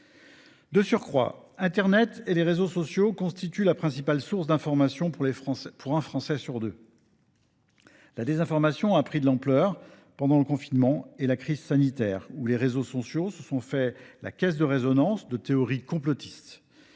De surcroît, internet et les réseaux sociaux constituent la principale source d’information pour un Français sur deux. La désinformation a pris de l’ampleur pendant le confinement et la crise sanitaire, au cours desquels les réseaux sociaux se sont fait la caisse de résonance de théories complotistes.